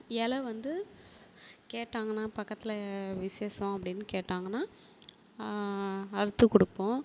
இல வந்து கேட்டாங்கன்னா பக்கத்தில் விசேஷம் அப்படின்னு கேட்டாங்கன்னா அறுத்து கொடுப்போம்